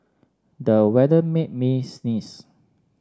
the weather made me sneeze